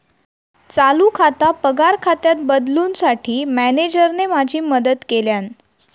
चालू खाता पगार खात्यात बदलूंसाठी मॅनेजरने माझी मदत केल्यानं